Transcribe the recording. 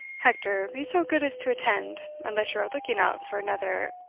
hector, be so good as to attend, unless you are looking out for another